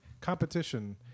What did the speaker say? competition